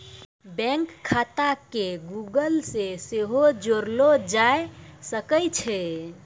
bank खाता के Google से सेहो जोड़लो जाय सकै छै